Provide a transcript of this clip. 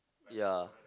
ya